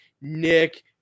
Nick